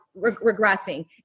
regressing